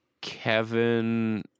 Kevin